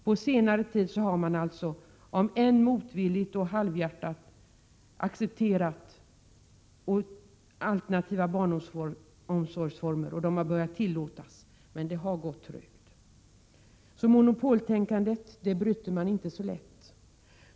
På senare tid har man, om än motvilligt och halvhjärtat, accepterat alternativa barnomsorgsformer, och de har börjat tillåtas. Men det har gått trögt — monopoltänkandet bryter man inte så lätt.